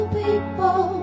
people